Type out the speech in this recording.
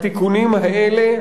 התיקונים האלה,